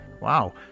Wow